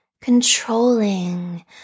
controlling